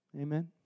Amen